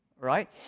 right